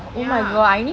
ya